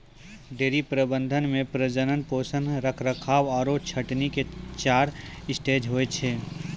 dairy प्रबंधन मॅ प्रजनन, पोषण, रखरखाव आरो छंटनी के चार स्टेज होय छै